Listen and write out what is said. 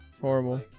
Horrible